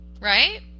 right